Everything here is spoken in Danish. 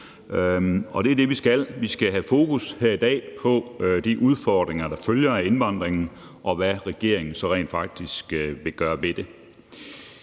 Det er det, vi skal. Vi skal her i dag have fokus på de udfordringer, der følger af indvandringen, og hvad regeringen så rent faktisk vil gøre ved det.